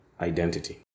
identity